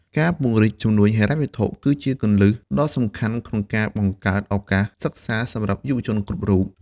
ការពង្រីកជំនួយហិរញ្ញវត្ថុ គឺជាគន្លឹះដ៏សំខាន់ក្នុងការបង្កើតឱកាសសិក្សាសម្រាប់យុវជនគ្រប់រូប។